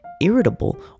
irritable